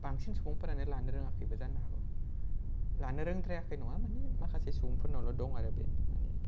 बांसिन सुबुंफोरानो लानो रोङाखैबो जानो हागौ लानो रोंद्रायाखै नङा मानि माखासे सुबुंफोरनावल' दं आरो बे